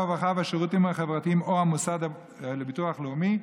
הרווחה והשירותים החברתיים או המוסד לביטוח לאומי,